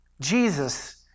Jesus